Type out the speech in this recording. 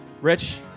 Rich